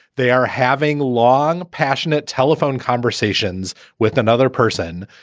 they are having long, passionate telephone conversations with another person.